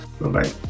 Bye-bye